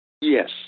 Yes